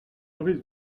risque